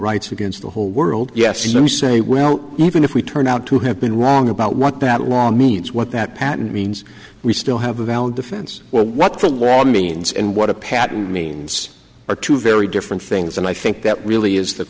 rights against the whole world yes you say well even if we turn out to have been wrong about what that law means what that patent means we still have a valid defense what the wall means and what a patent means are two very different things and i think that really is th